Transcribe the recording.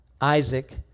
Isaac